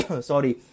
sorry